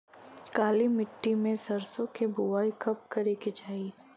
काली मिट्टी में सरसों के बुआई कब करे के चाही?